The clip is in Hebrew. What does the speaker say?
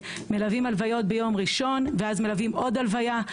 ומלווים הלוויות ביום ראשון ואז מלווים עוד הלוויה.